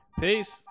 Peace